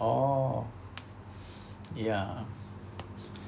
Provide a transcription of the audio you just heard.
oh ya